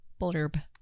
blurb